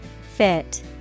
Fit